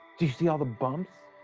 you see all the bumps.